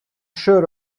sure